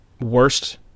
worst